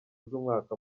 z’umwaka